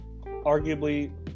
arguably